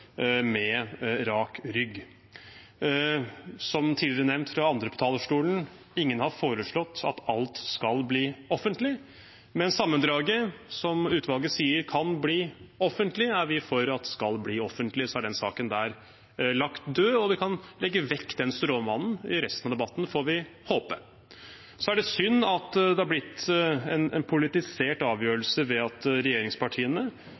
med rak rygg. Som tidligere nevnt av andre fra talerstolen: Ingen har foreslått at alt skal bli offentlig. Men sammendraget, som utvalget sier kan bli offentlig, er vi for at skal bli offentlig. Så er den saken lagt død, og vi kan legge vekk den stråmannen i resten av debatten, får vi håpe. Så er det synd at det har blitt en politisert avgjørelse, ved at regjeringspartiene